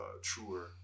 truer